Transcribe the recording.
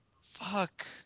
Fuck